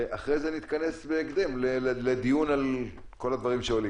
ואחרי זה נתכנס בהקדם לדיון על כל הדברים שעולים.